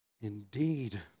indeed